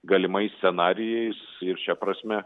galimais scenarijais ir šia prasme